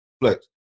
flex